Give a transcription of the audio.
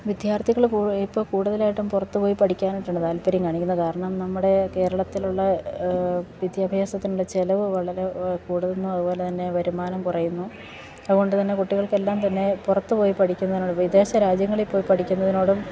വിദ്യാർത്ഥികള് ഇപ്പോള് കൂടുതലായിട്ടും പുറത്തുപോയി പഠിക്കാനായിട്ടാണ് താല്പര്യം കാണിക്കുന്നത് കാരണം നമ്മുടെ കേരളത്തിലുള്ള വിദ്യാഭ്യാസത്തിനുള്ള ചെലവ് വളരെ കൂടുന്നു അതുപോലെ തന്നെ വരുമാനം കുറയുന്നു അതുകൊണ്ട് തന്നെ കുട്ടികൾക്കെല്ലാം തന്നെ പുറത്തുപോയി പഠിക്കുന്നതിനോടാണ് വിദേശ രാജ്യങ്ങളില് പോയി പഠിക്കുന്നതിനോടും